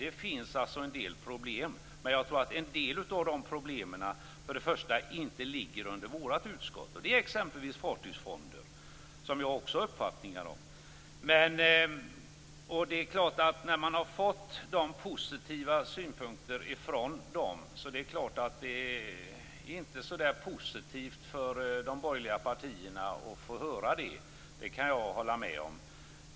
Det finns en del problem, men jag tror att en del av de problemen inte ligger under vårt utskott. Det gäller exempelvis fartygsfonder, som jag också har uppfattningar om. Det är klart att det inte är så roligt för de borgerliga partierna att höra dessa positiva synpunkter från sjöfartens organisationer. Det kan jag hålla med om.